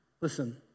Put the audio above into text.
Listen